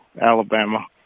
Alabama